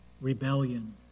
Rebellion